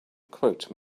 quote